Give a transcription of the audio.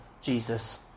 Jesus